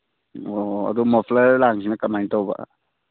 ꯑꯣ ꯑꯗꯨ ꯃꯐ꯭ꯂꯔ ꯂꯥꯡꯁꯤꯅ ꯀꯃꯥꯏꯅ ꯇꯧꯕ